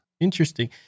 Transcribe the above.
Interesting